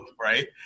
right